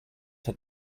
had